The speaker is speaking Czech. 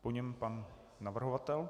Po něm pan navrhovatel.